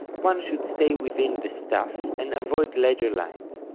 one should stay within the staff and avoid ledger lines.